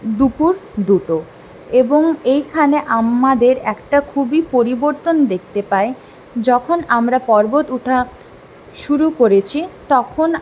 দুপুর দুটো এবং এইখানে আমাদের একটা খুবই পরিবর্তন দেখতে পায় যখন আমরা পর্বত ওঠা শুরু করেছি তখন